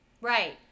Right